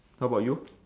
how about you